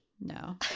No